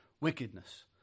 wickedness